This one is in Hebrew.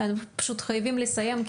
פשוט חייבים לסיים.